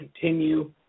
continue